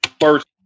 first